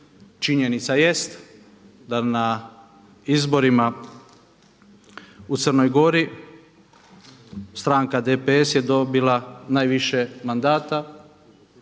Činjenica jest da na izborima u Crnoj Gori stranka DPS je dobila najviše mandata